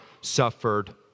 suffered